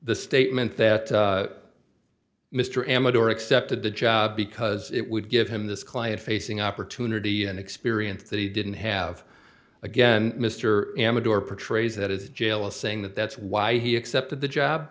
the statement that mr amador accepted the job because it would give him this client facing opportunity an experience that he didn't have again mr amador portrays that is jail is saying that that's why he accepted the job